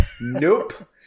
Nope